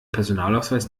personalausweis